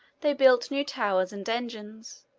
they built new towers and engines,